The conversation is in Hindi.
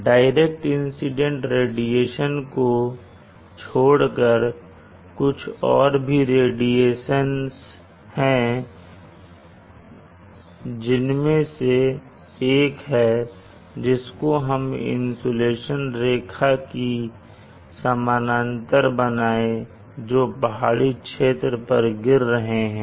डायरेक्ट इंसीडेंट रेडिएशन को छोड़कर कुछ और भी रेडिएशंस हैं जिसमें से एक है जिसको हम इंसुलेशन रेखा की समानांतर बनाए जो पहाड़ी क्षेत्र पर गिर रहे हैं